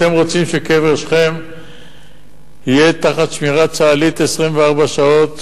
אתם רוצים שהקבר בשכם יהיה תחת שמירה צה"לית 24 שעות,